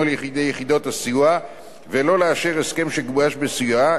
על-ידי יחידת סיוע ולא לאשר הסכם שגובש בסיועה,